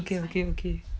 okay okay okay